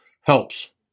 helps